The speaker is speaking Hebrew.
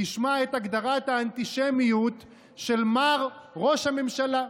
תשמעו את הגדרת האנטישמיות של מר ראש הממשלה.